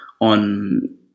on